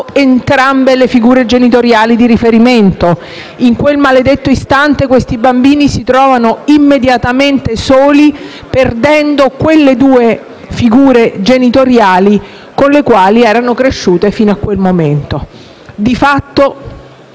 entrambe le figure genitoriali di riferimento. In quel maledetto istante, questi bambini si trovano immediatamente soli, perdendo le due figure genitoriali con le quali erano cresciuti fino a quel momento. Di fatto,